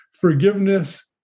forgiveness